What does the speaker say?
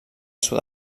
sud